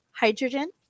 hydrogen